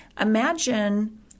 imagine